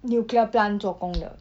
nuclear plant 做工的